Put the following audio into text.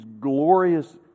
glorious